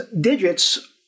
digits